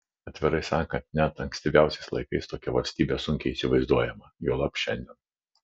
atvirai sakant net ankstyviausiais laikais tokia valstybė sunkiai įsivaizduojama juolab šiandien